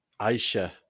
Aisha